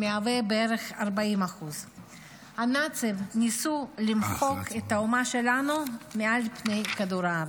זה מהווה בערך 40%. הנאצים ניסו למחוק את האומה שלנו מעל פני כדור הארץ.